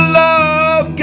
love